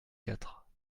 quatre